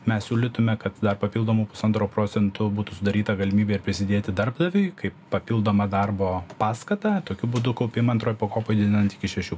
mes siūlytume kad dar papildomu pusantro procentu būtų sudaryta galimybė ir prisidėti darbdaviui kaip papildomą darbo paskatą tokiu būdu kaupimą antroj pakopoj didinant iki šešių